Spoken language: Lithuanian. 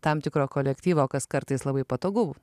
tam tikro kolektyvo kas kartais labai patogu